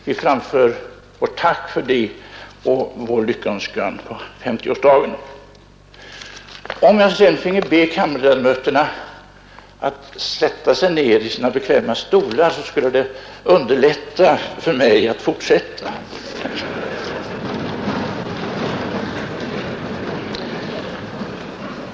Vi framför vårt tack för det och vår lyckönskan på 50-årsdagen. Om jag sedan finge be kammarledamöterna sätta sig ned i sina bekväma stolar så skulle det underlätta för mig att fortsätta.